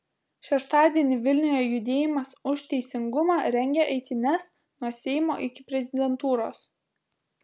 šeštadienį vilniuje judėjimas už teisingumą rengia eitynes nuo seimo iki prezidentūros